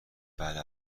بله